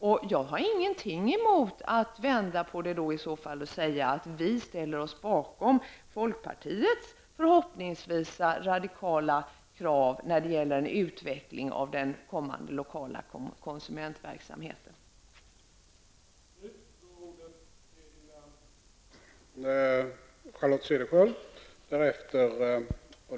Jag har ingenting emot att vända och säga att vi ställer oss bakom folkpartiets, som jag hoppas, radikala krav när det gäller utvecklingen på den framtida lokala konsumentverksamhetens område.